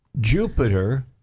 Jupiter